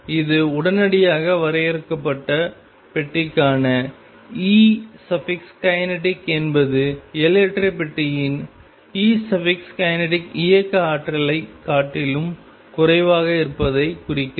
இது உடனடியாக வரையறுக்கப்பட்ட பெட்டிக்கான Ekinetic என்பது எல்லையற்ற பெட்டியின் Ekinetic இயக்க ஆற்றலைக் காட்டிலும் குறைவாக இருப்பதைக் குறிக்கிறது